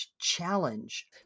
challenge